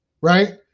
right